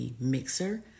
Mixer